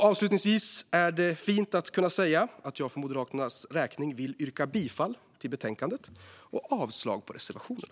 Avslutningsvis är det fint att kunna säga att jag för Moderaternas räkning yrkar bifall till utskottets förslag i betänkandet och avslag på reservationerna.